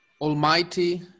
Almighty